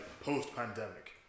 post-pandemic